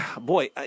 boy